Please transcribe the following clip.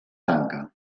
tanca